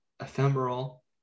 ephemeral